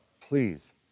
please